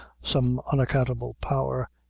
some unaccountable power,